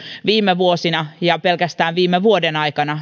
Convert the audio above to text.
viime vuosina ja pelkästään viime vuoden aikana